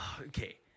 Okay